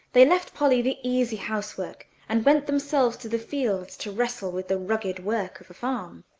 they left polly the easy housework, and went themselves to the fields to wrestle with the rugged work of a farm.